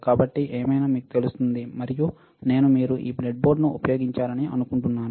కాబట్టి ఏమైనా మీకు తెలుస్తుంది మరియు నేనుమీరు ఈ బ్రెడ్బోర్డ్ను ఉపయోగించారని అనుకుంటున్నాను